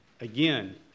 Again